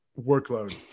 workload